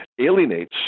alienates